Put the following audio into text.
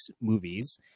movies